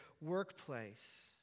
workplace